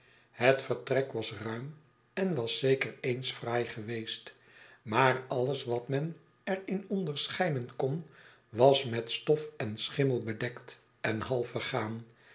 het vertrek was ruim en was zeker eens fraai geweest maar alles wat men er in onderscheiden kon was met stof en schimmel bedekt en half vergaan